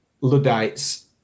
Luddites